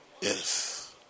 Yes